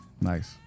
Nice